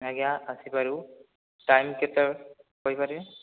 ଆଜ୍ଞା ଆସି ପାରିବୁ ଟାଇମ କେତେବେଳେ କହି ପାରିବେ